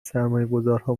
سرمایهگذارها